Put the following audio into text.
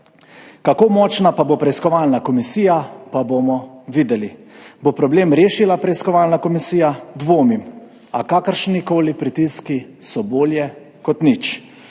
Kako močna pa bo preiskovalna komisija, pa bomo videli. Bo problem rešila preiskovalna komisija? Dvomim, a kakršnikoli pritiski so bolje kot nič.